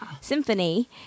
Symphony